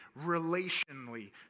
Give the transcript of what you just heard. relationally